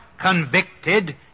convicted